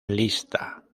lista